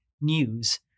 news